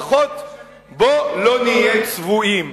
לפחות בוא לא נהיה צבועים.